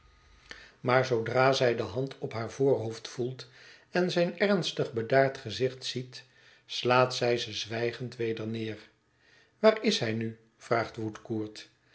maar ongelukkige jo zoodra zij de hand op haar voorhoofd voelt en zijn ernstig bedaard gezicht ziet slaat zij ze zwijgend weder neer waar is hij nu vraagt woodcourt